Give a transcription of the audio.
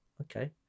okay